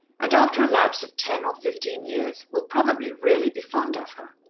and after a lapse of ten or fifteen years will probably really be fond of her.